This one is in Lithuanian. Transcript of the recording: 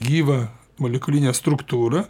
gyvą molekulinę struktūrą